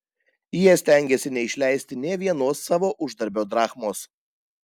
jie stengėsi neišleisti nė vienos savo uždarbio drachmos